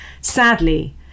Sadly